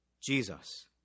Jesus